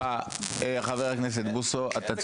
חבר הכנסת בוסו, אתה צודק.